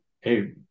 Hey